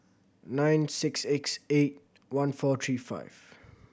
nine six X eight one four three five